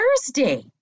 Thursday